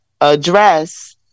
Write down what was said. address